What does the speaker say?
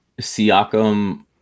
Siakam